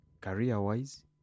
career-wise